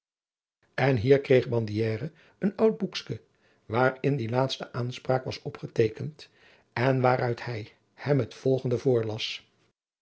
en hier kreeg bandiere een oud boekske waarin die laatste aanspraak was opgeteekend en waaruit hij hem het volgende voorlas